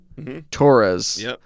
Torres